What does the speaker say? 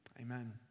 Amen